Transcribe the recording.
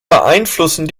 beeinflussen